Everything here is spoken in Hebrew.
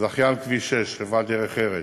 זכיין כביש 6, חברת "דרך ארץ".